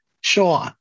sure